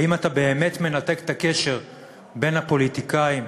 האם אתה באמת מנתק את הקשר בין הפוליטיקאים,